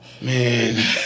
Man